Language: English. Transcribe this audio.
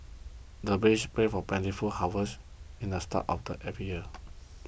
the villagers pray for plentiful harvest at the start of every year